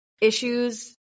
issues